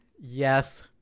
Yes